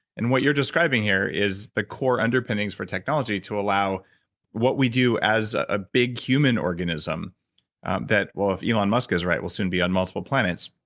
and what you're describing here is the core unpinnings of technology to allow what we do as a big human organism that. well, if elon musk is right, we'll soon be on multiple planets.